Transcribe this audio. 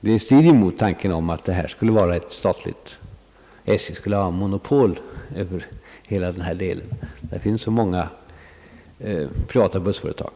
Detta strider ju mot tanken att SJ skulle ha ett monopol över hela detta fält, där det finns så många privata bussföretag.